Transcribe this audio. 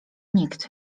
nikt